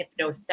hypnotherapy